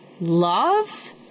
love